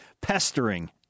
pestering